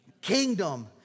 kingdom